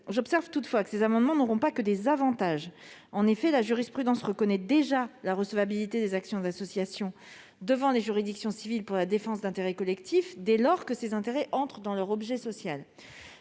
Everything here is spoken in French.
J'observe toutefois que l'adoption de ces amendements n'aurait pas que des avantages. La jurisprudence reconnaît déjà la recevabilité des actions des associations devant les juridictions civiles pour la défense d'intérêts collectifs, dès lors que ces intérêts entrent dans leur objet social.